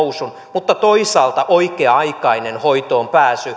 mutta toisaalta oikea aikainen hoitoonpääsy